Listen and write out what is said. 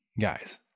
guys